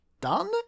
done